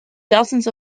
dozens